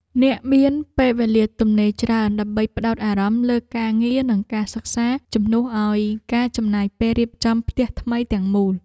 អ្នកមានពេលវេលាទំនេរច្រើនដើម្បីផ្ដោតអារម្មណ៍លើការងារនិងការសិក្សាជំនួសឱ្យការចំណាយពេលរៀបចំផ្ទះថ្មីទាំងមូល។